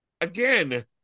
Again